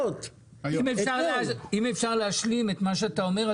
אם אפשר להשלים את מה שאתה אומר,